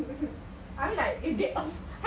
I mean like you get off